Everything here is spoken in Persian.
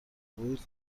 بود